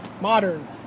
modern